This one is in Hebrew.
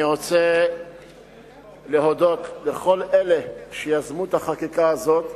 אני רוצה להודות לכל אלה שיזמו את החקיקה הזאת.